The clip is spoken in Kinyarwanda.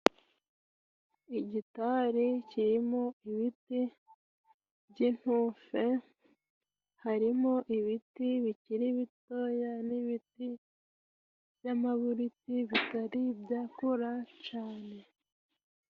Igitari kirimo ibiti by'intufe, harimo ibiti bikiri bitoya n'ibiti by'amaburiti bitari bya kura cane.